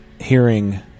hearing